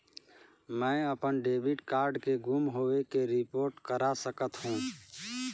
मैं अपन debit card के गुम होवे के रिपोर्ट करा चाहत हों